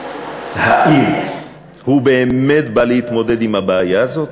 אם הוא באמת בא להתמודד עם הבעיה הזאת,